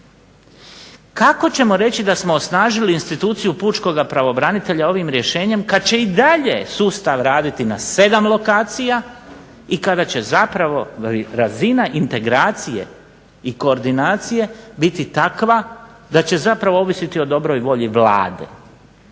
Kako ćemo reći da smo osnažili instituciju pučkog pravobranitelja ovim rješenjem kada će i dalje sustav raditi na 7 lokacija i kada će zapravo razina integracije i koordinacije biti takva da će zapravo ovisiti o dobroj volji Vlade.